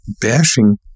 bashing